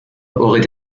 aurait